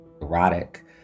erotic